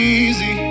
easy